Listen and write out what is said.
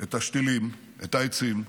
את השתילים, את העצים,